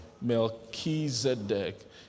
Melchizedek